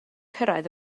cyrraedd